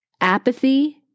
Apathy